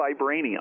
vibranium